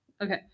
Okay